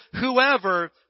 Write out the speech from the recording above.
whoever